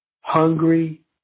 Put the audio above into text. hungry